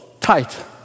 tight